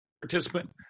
participant